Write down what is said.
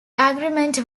agreement